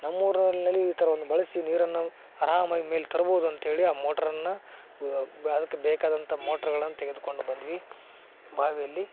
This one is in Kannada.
ನಮ್ಮೂರಿನಲ್ಲಿ ಈ ಥರ ಒಂದು ಬಳಸಿ ನೀರನ್ನು ಆರಾಮಾಗಿ ಮೇಲೆ ತರ್ಬೋದು ಅಂತೇಳಿ ಆ ಮೋಟ್ರನ್ನು ಅದಕ್ಕೆ ಬೇಕಾದಂಥ ಮೋಟ್ರ್ಗಳನ್ನು ತೆಗೆದ್ಕೊಂಡು ಬಂದ್ವಿ ಬಾವಿಯಲ್ಲಿ